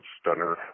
stunner